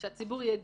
כלומר שהציבור ידע